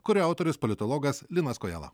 kurio autorius politologas linas kojala